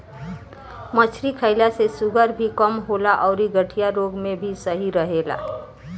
मछरी खईला से शुगर भी कम होला अउरी गठिया रोग में भी सही रहेला